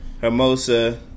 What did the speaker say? Hermosa